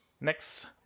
Next